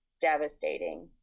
devastating